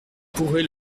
pourrez